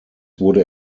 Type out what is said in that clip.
wurde